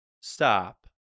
Stop